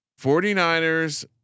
49ers